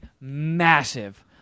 massive